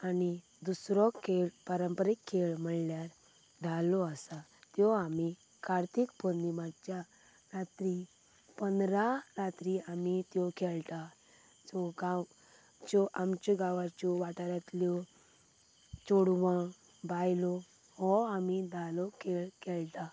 आनी दुसरो खेळ पारंपारीक खेळ म्हणल्यार धालो आसा त्यो आमी कार्तिक पुर्णिमाच्या रात्री पंदरा रात्री आमी त्यो खेळटात सो गांवच्यो आमच्यो गांवाच्यो वाठारांतल्यो चेडवां बायलो हो आमी धालो खेळ खेळटात